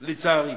לצערי.